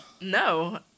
no